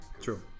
True